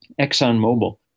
ExxonMobil